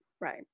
Right